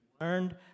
learned